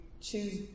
choose